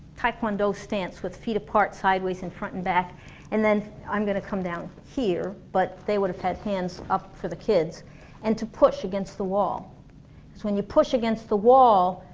tae kwan do stance with feet apart sideways and front and back and then i'm gonna come down here, but they would've had hands up for the kids and to push against the wall cause when you push against the wall,